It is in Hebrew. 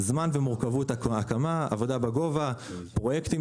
זמן ומורכבות ההקמה; עבודה בגובה; פרויקטים